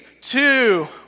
two